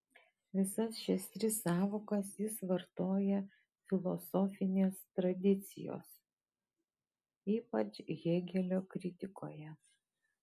visas šias tris sąvokas jis vartoja filosofinės tradicijos ypač hėgelio kritikoje